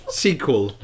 sequel